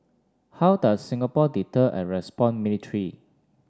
how does Singapore deter and respond militarily